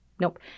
Nope